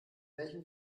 welchen